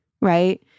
Right